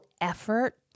effort